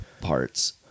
parts